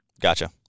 Gotcha